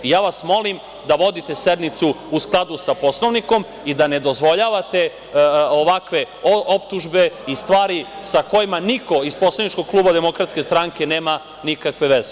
I, ja vas molim da vodite sednicu u skladu sa Poslovnikom i da ne dozvoljavate ovakve optužbe i stvari sa kojima niko iz poslaničkog kluba DS nema nikakve veze.